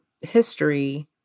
history